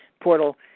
portal